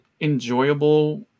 enjoyable